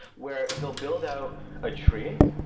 where they'll build out a tree,